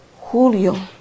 Julio